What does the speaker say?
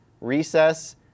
Recess